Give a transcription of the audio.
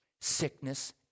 Sickness